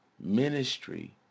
ministry